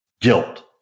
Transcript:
guilt